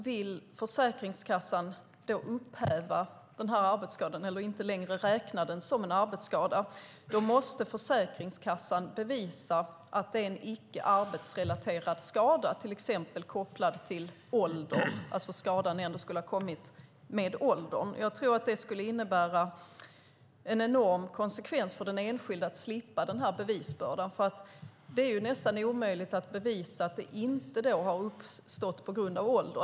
Vill Försäkringskassan då upphäva arbetsskadan eller inte längre räkna skadan som en arbetsskada måste Försäkringskassan bevisa att det är en icke arbetsrelaterad skada, till exempel att den är kopplad till ålder, alltså att skadan ändå skulle ha kommit med åldern. Jag tror att det skulle innebära en enorm konsekvens för den enskilde att slippa den här bevisbördan. Det är nästan omöjligt att bevisa att skadan inte har uppstått på grund av ålder.